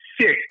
six